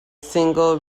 single